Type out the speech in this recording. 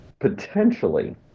potentially